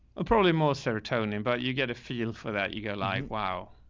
probably more serotonin, but you get a feel for that. you go like, wow.